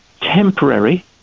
temporary